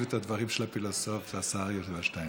את הדברים של הפילוסוף והשר יובל שטייניץ.